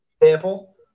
example